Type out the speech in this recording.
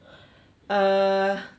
err